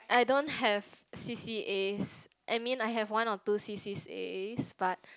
I don't have C_C_As I mean I have one or two C_C_As but